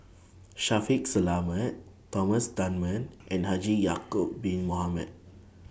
Shaffiq Selamat Thomas Dunman and Haji Ya'Acob Bin Mohamed